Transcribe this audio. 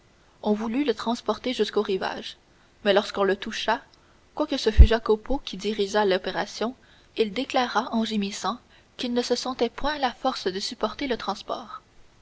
on voulut le transporter jusqu'au rivage mais lorsqu'on le toucha quoique ce fût jacopo qui dirigeât l'opération il déclara en gémissant qu'il ne se sentait point la force de supporter le transport